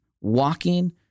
walking